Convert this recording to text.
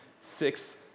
six